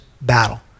battle